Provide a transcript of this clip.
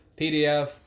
PDF